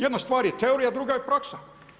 Jedna stvar je teorija, a druga je praksa.